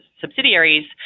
subsidiaries